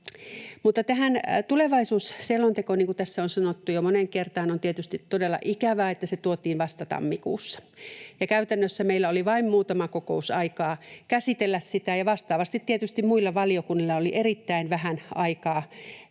moneen kertaan, on tietysti todella ikävää, että se tuotiin vasta tammikuussa. Käytännössä meillä oli vain muutama kokous aikaa käsitellä sitä, ja vastaavasti tietysti muilla valiokunnilla oli erittäin vähän aikaa